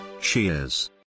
Cheers